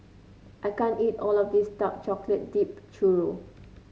I can't eat all of this Dark Chocolate Dipped Churro